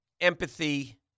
empathy